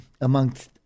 amongst